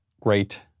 great